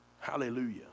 Hallelujah